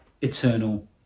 eternal